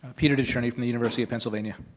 peter decherney from the university of pennsylvania.